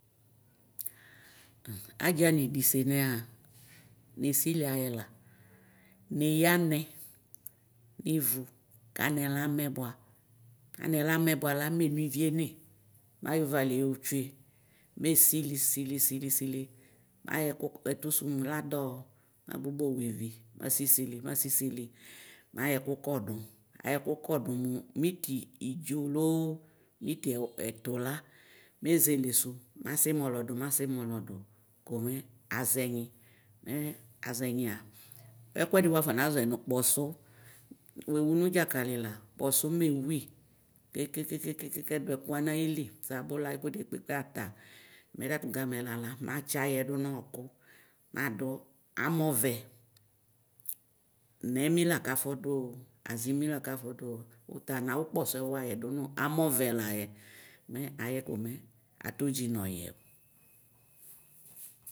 Adza nɩdɩsenɛa nesɩlɩ ayɛ la neya amɛ nʋvʋ kamɛ lamɛ bʋa amɛ lamɛ bʋala menɔ ivie ne nayɔ ʋvalɩɛ yʋtsʋe mesɩlɩ sɩlɩ sɩlɩ mɛ ayɔkʋ metʋsʋ adɔ mɛ agbɔgbɔ waivɩ masɩ sɩlɩ masɩsɩlɩ mɛ ayɔ ɛkʋ kɔdʋ ayɔ ɛkukɔ dʋ mʋ mitɩ ɩdzo lo mitɩ ɛtula mezele sʋ masi mɔlɔdʋ masɩ mɔlɔdʋ kʋmɛ azɛnyɩ mʋɛ azenyɩ ɛkʋɛdɩ wafɔ nazɔɛ nʋ kpɔsʋ wʋwʋ dzakalila kpɔsʋ mɛ ewʋi kekekeke kedʋ ɛkʋwa nayɩli abʋla ɛkʋedi kpekpe ata mɛ tatʋ gamɛ lala matsɩ ayɛ dʋnʋ ɔkʋ madʋ amɔvɛ nɛmi laka fɔdʋ o azɩmɩ lakʋ afɔdʋo wʋta nawʋ kpɔsɔ wayɛ dʋnʋ amɔvɛ layɛ mɛ ayɛ komɛ atɔdzɩ noyǝ.